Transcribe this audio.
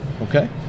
okay